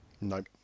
Nope